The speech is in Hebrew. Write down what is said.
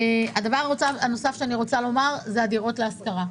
דבר נוסף שאני רוצה לדבר עליו הוא הדירות להשכרה.